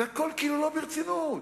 והכול כאילו לא ברצינות.